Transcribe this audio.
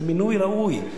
זה מינוי ראוי.